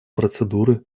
процедуры